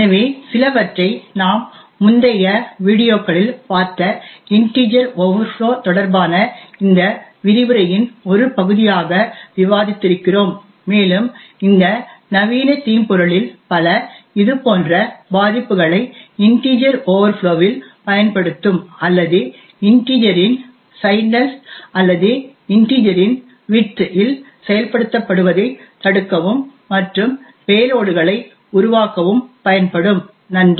எனவே சிலவற்றை நாம் முந்தைய வீடியோக்களில் பார்த்த இன்டிஜெர் ஓவர்ஃப்ளோ தொடர்பான இந்த விரிவுரையின் ஒரு பகுதியாக விவாதித்திருக்கிறோம் மேலும் இந்த நவீன தீம்பொருளில் பல இதுபோன்ற பாதிப்புகளை இன்டிஜெர் ஓவர்ஃப்ளோவில் பயன்படுத்தும் அல்லது இன்டிஜெர் இன் சைன்ட்னஸ் அல்லது இன்டிஜெர் இன் விட்த் இல் செயல்படுத்தப்படுவதைத் தடுக்கவும் மற்றும் பேலோடுகளை உருவாக்கவும் பயன்படும் நன்றி